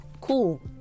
cool